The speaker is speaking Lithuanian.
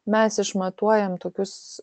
mes išmatuojam tokius